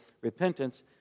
repentance